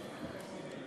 תרגומם: